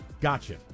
Gotcha